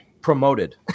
promoted